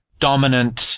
dominant